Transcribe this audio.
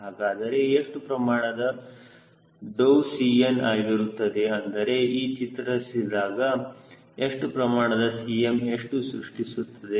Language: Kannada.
ಹಾಗಾದರೆ ಎಷ್ಟು ಪ್ರಮಾಣದ ∆𝐶N ಆಗಿರುತ್ತದೆ ಅಂದರೆ ಹೀಗೆ ಚಿತ್ರಿಸಿದಾಗ ಎಷ್ಟು ಪ್ರಮಾಣದ Cm ಅದು ಸೃಷ್ಟಿಸುತ್ತದೆ